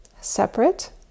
separate